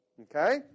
Okay